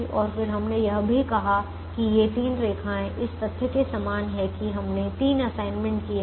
और फिर हमने यह भी कहा कि ये तीन रेखाएं इस तथ्य के समान हैं कि हमने तीन असाइनमेंट किए हैं